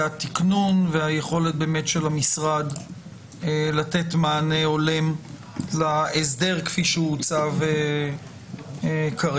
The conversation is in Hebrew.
התיקנון והיכולת של המשרד לתת מענה הולם להסדר כפי שהוצג כרגע.